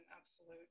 absolute